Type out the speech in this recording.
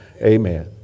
Amen